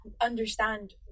understand